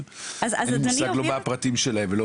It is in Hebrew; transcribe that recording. אין לי מושג מה הפרטים שלי, וזו לא